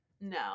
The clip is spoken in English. No